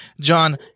john